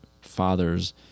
fathers